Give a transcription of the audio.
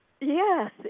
Yes